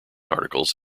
articles